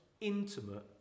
intimate